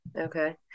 Okay